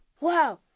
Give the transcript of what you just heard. wow